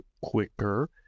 quicker